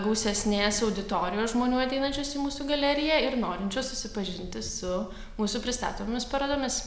gausesnės auditorijos žmonių ateinančios į mūsų galeriją ir norinčių susipažinti su mūsų pristatomomis parodomis